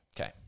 Okay